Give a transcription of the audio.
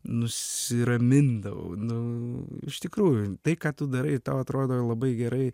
nusiramindavau nu iš tikrųjų tai ką tu darai tau atrodo labai gerai